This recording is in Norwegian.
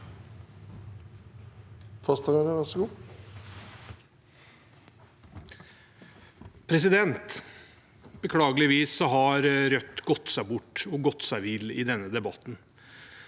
Beklageligvis har Rødt gått seg bort og gått seg vill i denne debatten.